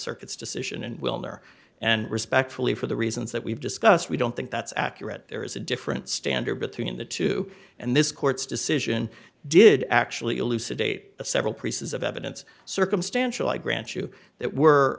circuits decision and willner and respectfully for the reasons that we've discussed we don't think that's accurate there is a different standard between the two and this court's decision did actually elucidate the several pieces of evidence circumstantial i grant you that were